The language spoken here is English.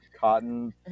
cotton